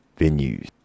venues